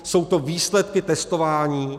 Jsou to výsledky testování?